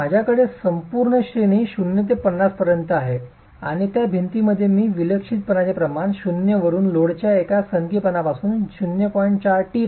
तर माझ्याकडे संपूर्ण श्रेणी 0 ते 50 पर्यंत आहे आणि त्या भिंतींमध्ये मी विक्षिप्तपणाचे प्रमाण 0 वरून लोडच्या एका सनकीपणापासून 0